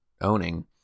owning